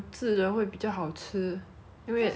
taste of like the chicken then you get like the sauce